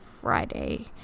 Friday